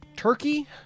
Turkey